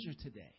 today